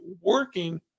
working